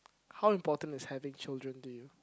how important is having children to you